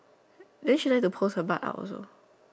then she like to post her butt out also